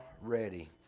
ready